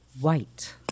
White